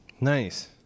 Nice